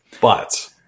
but-